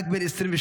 רק בן 22,